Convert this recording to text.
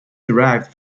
derived